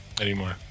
anymore